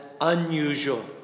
unusual